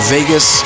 Vegas